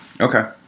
Okay